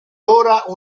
ora